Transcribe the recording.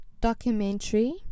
Documentary